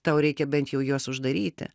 tau reikia bent jau juos uždaryti